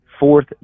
Fourth